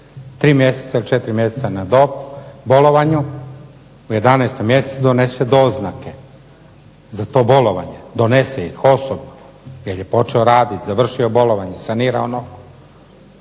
mjeseca ili 4 mjeseca na bolovanju u 11. mjesecu donese doznake za to bolovanje. Donese ih osobno jer je počeo raditi, završio bolovanje, sanirao nogu.